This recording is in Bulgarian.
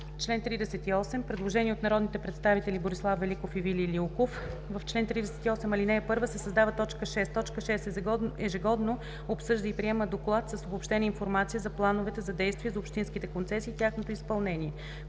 Член 38. Предложение от народните представители Борислав Великов и Вили Лилков: „В чл. 38, ал. 1 се създава т. 6: „6. ежегодно обсъжда и приема доклад с обобщена информация за Плановете за действие за общинските концесии и тяхното изпълнение.“